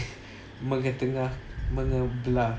mengetengah menyebelah